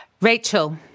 Rachel